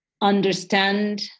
understand